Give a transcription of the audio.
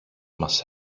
μας